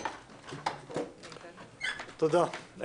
תודה.